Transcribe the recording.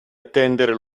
attendere